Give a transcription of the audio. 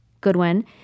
Goodwin